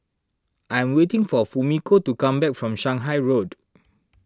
I am waiting for Fumiko to come back from Shanghai Road